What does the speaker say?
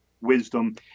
wisdom